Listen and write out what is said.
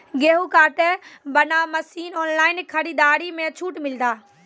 गेहूँ काटे बना मसीन ऑनलाइन खरीदारी मे छूट मिलता?